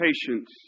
patience